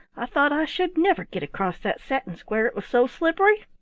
i thought i should never get across that satin square, it was so slippery.